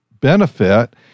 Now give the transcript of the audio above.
benefit